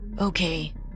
Okay